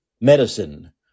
medicine